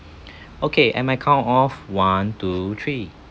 okay and my count off one two three